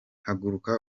haguruka